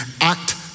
act